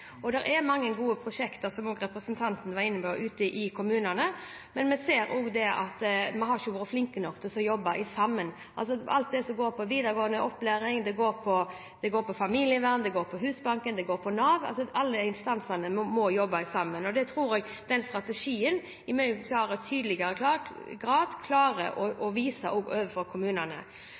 er mange gode prosjekter ute i kommunene, som også representanten var inne på, men vi ser at vi ikke har vært flinke nok til å jobbe sammen – alt det som går på videregående opplæring, det som går på familievern, det som går på Husbanken, det som går på Nav. Alle instansene må jobbe sammen. Det tror jeg strategien i mye tydeligere grad klarer å vise overfor kommunene.